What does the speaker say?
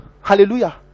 hallelujah